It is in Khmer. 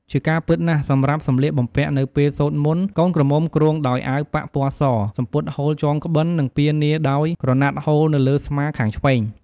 ជាការពិតណាស់ សម្រាប់សំលៀកបំពាក់នៅពេលសូត្រមន្ត កូនក្រមុំគ្រងដោយអាវប៉ាក់ពណ៏ស សំពត់ហូលចងក្បិន និងពានាដោយក្រណាត់ហូលនៅលើស្មាខាងឆ្វេង។